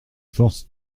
force